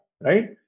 right